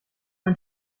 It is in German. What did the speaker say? ein